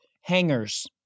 Hangers